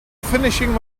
finishing